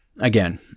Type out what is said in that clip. Again